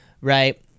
right